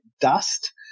dust